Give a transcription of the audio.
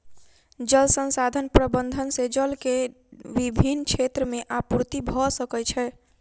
जल संसाधन प्रबंधन से जल के विभिन क्षेत्र में आपूर्ति भअ सकै छै